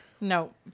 No